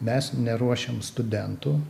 mes neruošiam studentų